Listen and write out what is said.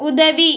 உதவி